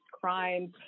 crimes